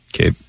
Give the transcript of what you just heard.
okay